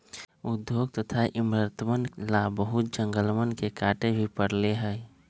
उद्योग तथा इमरतवन ला बहुत जंगलवन के काटे भी पड़ले हल